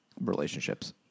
relationships